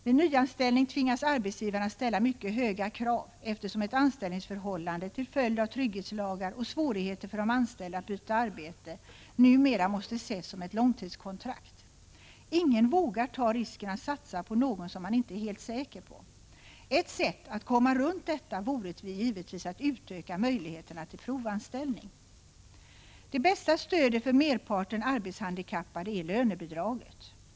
Vid nyanställning tvingas arbetsgivarna att ställa mycket höga krav, eftersom ett anställningsförhållande till följd av trygghetslagar och svårigheter för de anställda att byta arbete numera måste ses som ett långtidskontrakt. Ingen vågar ta risken att satsa på någon som man inte är helt säker på. Ett sätt att komma runt detta vore givetvis att utöka möjligheterna till provanställning. Det bästa stödet för merparten arbetshandikappade är lönebidraget.